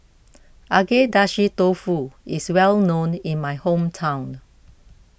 Agedashi Dofu is well known in my hometown